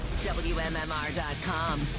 WMMR.com